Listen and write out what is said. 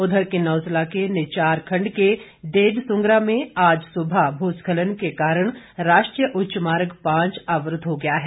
उधर किन्नौर जिला के निचार खंड के डेड सुंगरा में आज सुबह भू स्खलन के कारण राष्ट्रीय उच्चमार्ग पांच अवरूद्व हो गया है